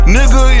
Nigga